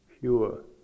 pure